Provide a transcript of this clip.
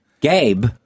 Gabe